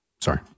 Sorry